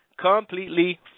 completely